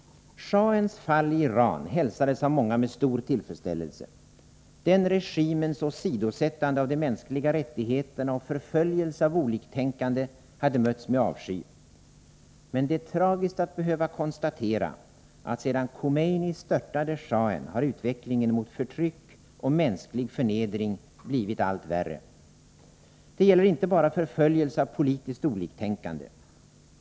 Shahens fall i Iran hälsades av många med stor tillfredsställelse. Den regimens åsidosättande av de mänskliga rättigheterna och förföljelse av oliktänkande hade mötts med avsky. Men det är tragiskt att behöva konstatera att sedan Khomeini störtade shahen har utvecklingen mot förtryck och mänsklig förnedring blivit allt värre. Det gäller inte bara förföljelse av politiskt oliktänkande.